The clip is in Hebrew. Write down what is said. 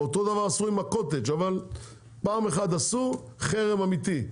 אותו דבר עשו עם הקוטג' אבל פעם אחת עשו חרם אמיתי,